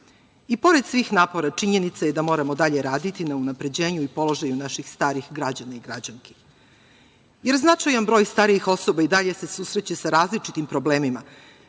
pored svih napora činjenica je moramo dalje raditi na unapređenju i položaju naših starih građana i građanki, jer značajan broj starijih osoba i dalje se susreće sa različitim problemima,